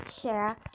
share